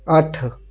ਅੱਠ